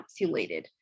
encapsulated